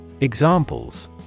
Examples